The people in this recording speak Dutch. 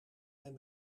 mijn